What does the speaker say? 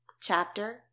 Chapter